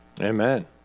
Amen